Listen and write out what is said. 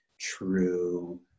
true